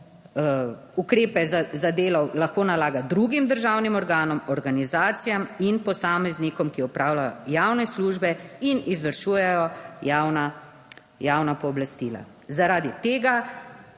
ukrepe za delo lahko nalaga drugim državnim organom, organizacijam in posameznikom, ki opravljajo javne službe in izvršujejo javna pooblastila. Zaradi tega